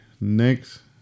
next